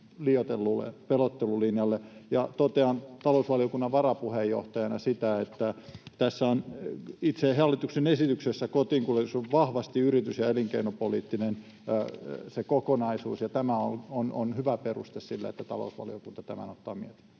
liioitellulle pelottelulinjalle. Totean talousvaliokunnan varapuheenjohtajana, että tässä itse hallituksen esityksessä kotiinkuljetus on vahvasti yritys- ja elinkeinopoliittinen kokonaisuus. Tämä on hyvä peruste sille, että talousvaliokunta tämän ottaa mietinnölle.